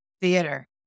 Theater